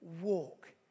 walk